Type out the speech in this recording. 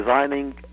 designing